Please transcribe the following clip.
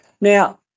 Now